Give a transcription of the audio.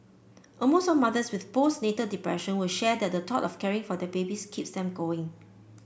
almost all mothers with postnatal depression will share that the thought of caring for their babies keeps them going